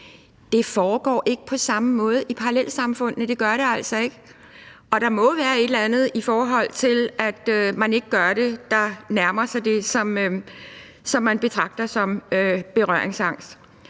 Det foregår ikke på samme måde i parallelsamfundene – det gør det altså ikke. Og der må jo være et eller andet, der gør, at man ikke skrider ind; noget, der nærmer sig det, som man betragter som berøringsangst.